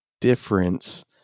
difference